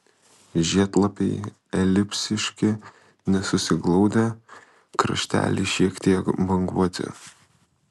žiedlapiai elipsiški nesusiglaudę krašteliai šiek tiek banguoti